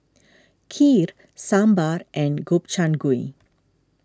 Kheer Sambar and Gobchang Gui